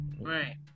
Right